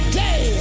day